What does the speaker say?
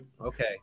Okay